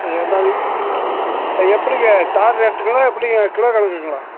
எல்லாமே எப்படிங்க தார் ரேட்டுங்களா எப்படிங்க கிலோ கணக்குங்களா